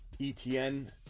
Etn